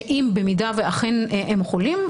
שאם ואכן הם חולים,